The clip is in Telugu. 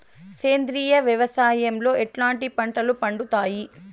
సేంద్రియ వ్యవసాయం లో ఎట్లాంటి పంటలు పండుతాయి